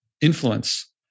influence